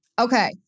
Okay